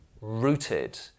rooted